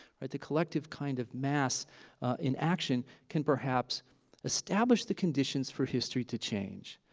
the collective kind of mass in action can perhaps establish the conditions for history to change.